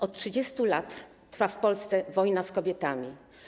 Od 30 lat trwa w Polsce wojna z kobietami.